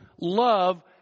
love